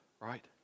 right